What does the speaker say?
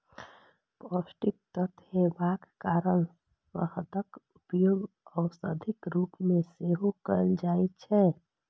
पौष्टिक तत्व हेबाक कारण शहदक उपयोग औषधिक रूप मे सेहो कैल जाइ छै